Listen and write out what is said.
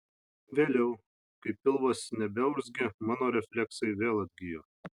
vėliau kai pilvas nebeurzgė mano refleksai vėl atgijo